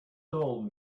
told